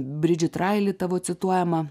bridžit raili tavo cituojama